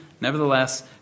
nevertheless